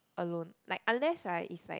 alone like unless right is like